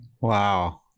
Wow